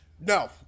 No